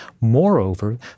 Moreover